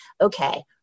okay